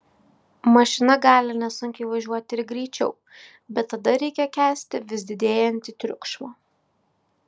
mašina gali nesunkiai važiuoti ir greičiau bet tada reikia kęsti vis didėjantį triukšmą